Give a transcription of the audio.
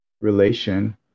relation